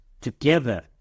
together